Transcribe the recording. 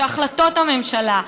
שהחלטות הממשלה,